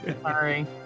sorry